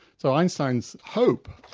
so einstein's hope,